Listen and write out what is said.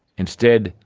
instead,